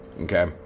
Okay